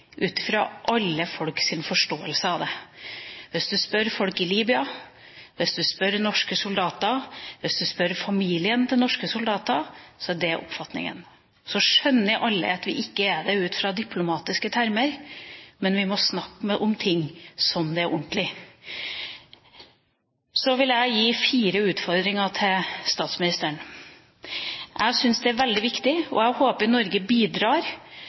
ut fra alle folks forståelse av det. Hvis du spør folk i Libya, hvis du spør norske soldater, hvis du spør familien til norske soldater, er det oppfatningen. Så skjønner alle at vi ikke er det ut fra diplomatiske termer, men vi må snakke om ting som om det er ordentlig. Så vil jeg gi fire utfordringer til statsministeren. For det første: Jeg synes det er veldig viktig, og jeg håper Norge bidrar